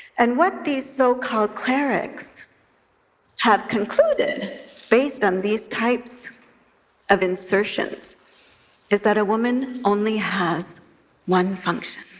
and what these so-called clerics have concluded based on these types of insertions is that a woman only has one function.